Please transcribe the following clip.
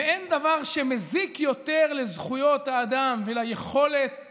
ואין דבר שמזיק יותר לזכויות האדם וליכולת